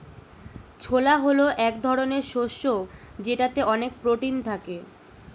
ছোলা হল এক ধরনের শস্য যেটাতে অনেক প্রোটিন থাকে